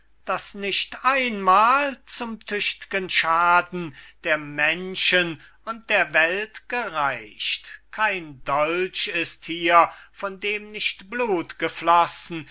das nicht einmal zum tücht'gen schaden der menschen und der welt gereicht kein dolch ist hier von dem nicht blut geflossen